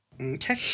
Okay